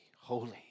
holy